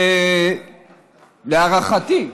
ולהערכתי,